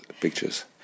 pictures